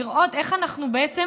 לראות איך אנחנו בעצם